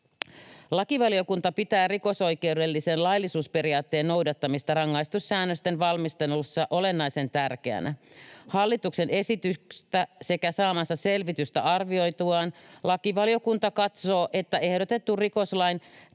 Lakivaliokunta pitää rikosoikeudellisen laillisuusperiaatteen noudattamista rangaistussäännösten valmistelussa olennaisen tärkeänä. Hallituksen esitystä sekä saamaansa selvitystä arvioituaan lakivaliokunta katsoo, että ehdotettu rikoslain